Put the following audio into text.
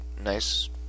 nice